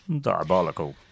Diabolical